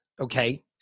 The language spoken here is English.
okay